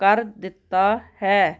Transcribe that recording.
ਕਰ ਦਿੱਤਾ ਹੈ